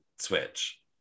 switch